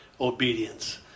obedience